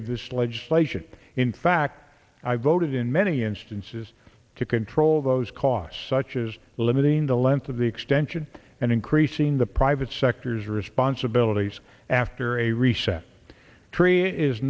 of this legislation in fact i voted in many instances to control those costs such as limiting the length of the extension and increasing the private sector's responsibilities after a